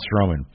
Strowman